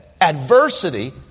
Adversity